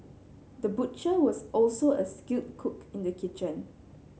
the butcher was also a skilled cook in the kitchen